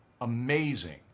amazing